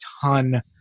ton